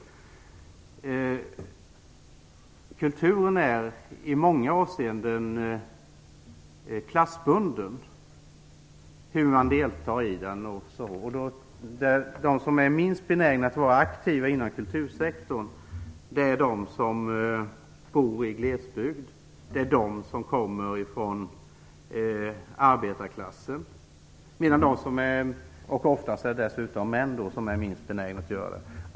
Hur mycket man deltar i kulturlivet är i många avseenden klassbundet. De som är minst benägna att vara aktiva inom kultursektorn är de som bor i glesbygd, de som kommer från arbetarklassen. Oftast är det män som är minst benägna.